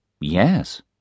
Yes